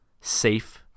safe